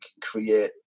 create